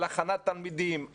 על הכנת תלמידים,